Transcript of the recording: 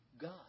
God